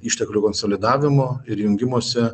išteklių konsolidavimo ir jungimosi